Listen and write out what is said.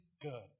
good